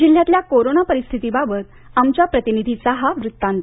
जिल्ह्यातल्या कोरोना परिस्थितीबाबत आमच्या प्रतिनिधीचा हा वृत्तांत